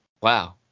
Wow